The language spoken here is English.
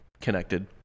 connected